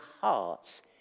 hearts